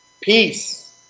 Peace